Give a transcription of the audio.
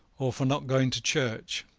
or for not going to church,